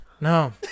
No